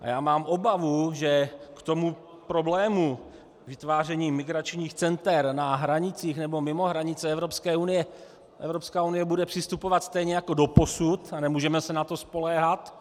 Já mám obavu, že k tomu problému vytváření migračních center na hranicích nebo mimo hranice Evropské unie Evropská unie bude přistupovat stejně jako doposud a nemůžeme se na to spoléhat.